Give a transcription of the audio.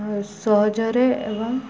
ସହଜରେ ଏବଂ